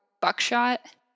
buckshot